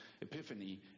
epiphany